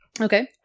Okay